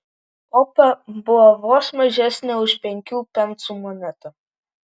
opa buvo vos mažesnė už penkių pensų monetą